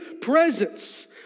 presence